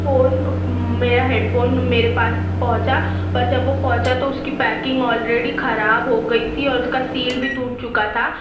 phone میرا headphone میرے پاس پہنچا پر جب وہ پہنچا تو اس کی پیکنگ آلریڈی خراب ہو گئی تھی اور اس کا سیل بھی ٹوٹ چکا تھا